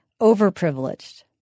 overprivileged